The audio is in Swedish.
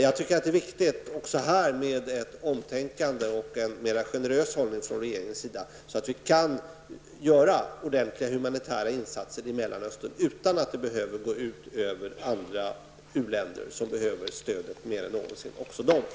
Det är också här viktigt med ett omtänkande och en mer generös hållning från regeringens sida, så att Sverige kan göra ordentliga humanitära insater i Mellanöstern utan att det behöver gå ut över andra u-länder, vilka också de mer än någonsin behöver stöd.